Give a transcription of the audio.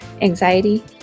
anxiety